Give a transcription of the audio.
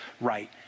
right